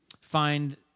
find